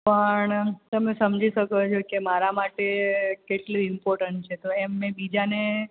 પણ તમે સમજી શકો છો કે મારા માટે કેટલી ઇમ્પોટન્ટ છે તો એમણે બીજાને